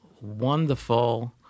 wonderful